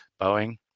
Boeing